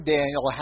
Daniel